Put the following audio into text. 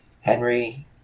Henry